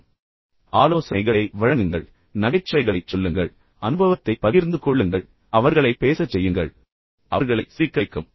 சென்று அவர்களுக்கு உதவுங்கள் ஆலோசனைகளை வழங்குங்கள் நகைச்சுவைகளைச் சொல்லுங்கள் உங்கள் அனுபவத்தைப் பகிர்ந்து கொள்ளுங்கள் அவர்களைப் பேசச் செய்யுங்கள் அவர்களை சிரிக்க வைக்கவும்